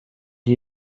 you